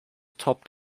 topped